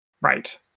Right